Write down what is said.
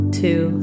two